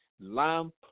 lamp